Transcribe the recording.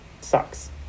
sucks